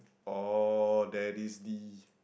oh that is the